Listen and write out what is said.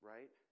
Right